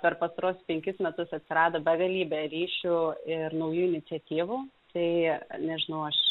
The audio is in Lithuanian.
per pastaruosius penkis metus atsirado begalybė ryšių ir naujų iniciatyvų tai nežinau aš